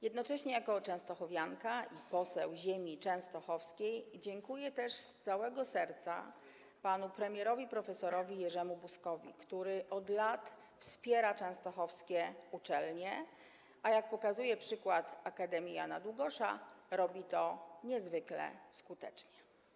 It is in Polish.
Jednocześnie jako częstochowianka i poseł ziemi częstochowskiej dziękuję z całego serca panu premierowi prof. Jerzemu Buzkowi, który od lat wspiera częstochowskie uczelnie, a jak pokazuje przykład Akademii im. Jana Długosza, robi to niezwykle skutecznie.